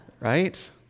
right